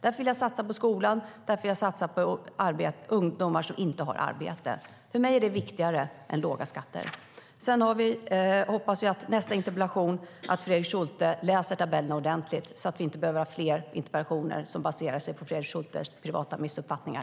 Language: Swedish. Därför vill jag satsa på skolan, och därför vill jag satsa på ungdomar som inte har arbete. För mig är det viktigare än låga skatter. Jag hoppas också att Fredrik Schulte inför sin nästa interpellation läser tabellerna ordentligt så att vi inte behöver ha fler interpellationsdebatter som baserar sig på Fredrik Schultes privata missuppfattningar.